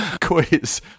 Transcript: quiz